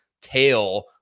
tail